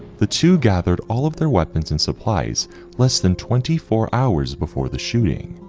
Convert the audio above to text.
the two gathered all of their weapons and supplies less than twenty four hours before the shooting.